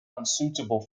unsuitable